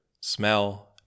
smell